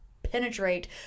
penetrate